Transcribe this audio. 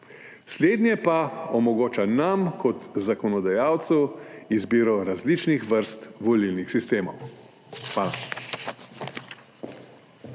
slednje pa omogoča nam kot zakonodajalcu izbiro različnih vrst volilnih sistemov.